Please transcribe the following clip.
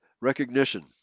recognition